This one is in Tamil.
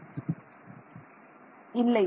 மாணவர் இல்லை